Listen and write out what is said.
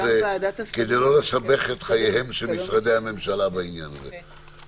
כדי לא לסבך את חייהם של משרדי הממשלה בעניין הזה,